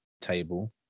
table